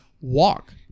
Walk